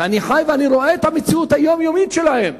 ואני חי, ואני רואה את המציאות היומיומית שלהם,